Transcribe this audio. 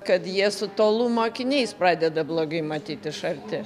kad jie su tolumo akiniais pradeda blogai matyt iš arti